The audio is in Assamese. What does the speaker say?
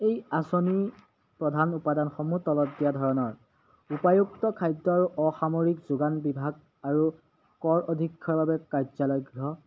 এই আঁচনিৰ প্ৰধান উপাদানসমূহ তলত দিয়া ধৰণৰ উপায়ুক্ত খাদ্য আৰু অসামৰিক যোগান বিভাগ আৰু কৰ অধীক্ষকৰ বাবে কাৰ্যালয়